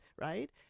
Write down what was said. right